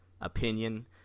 opinion